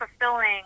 fulfilling